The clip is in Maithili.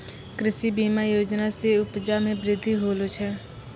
कृषि बीमा योजना से उपजा मे बृद्धि होलो छै